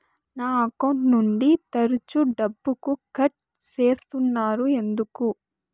నా అకౌంట్ నుండి తరచు డబ్బుకు కట్ సేస్తున్నారు ఎందుకు